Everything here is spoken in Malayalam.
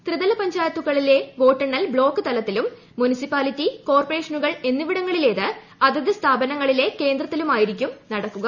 ത്രിതല പഞ്ചായത്തുകളിലെ വോട്ടെണ്ണൽ ബ്ളോക്ക് തലത്തിലും മുനിസിപ്പാലിറ്റി കോർപ്പറേഷനുകൾ എന്നിവിടങ്ങളിലേത് അതത് സ്ഥാപനങ്ങളിലെ കേന്ദ്രത്തിലുമായിരിക്കും നടക്കുക